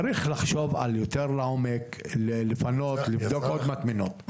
צריך לחשוב יותר לעומק, לפנות, לבדוק עוד מטמנות.